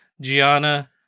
Gianna